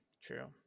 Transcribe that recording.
True